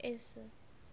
yes sir